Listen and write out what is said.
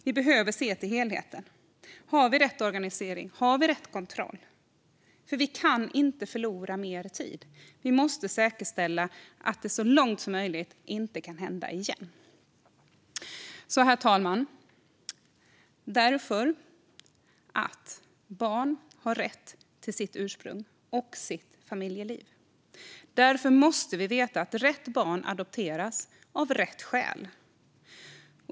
Vi behöver se till helheten. Har vi rätt organisering? Har vi rätt kontroll? Vi kan inte förlora mer tid. Vi måste så långt som möjligt säkerställa att det inte kan hända igen. Herr talman! Barn har rätt till sitt ursprung och sitt familjeliv. Därför måste vi veta att rätt barn adopteras av rätt skäl.